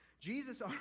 jesus